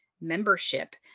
membership